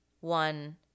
one